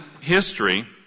history